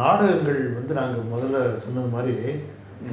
நாடங்கங்கள் நாங்க வந்து மொதலே சொன்ன மாரி:naadagangal